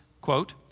quote